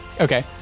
Okay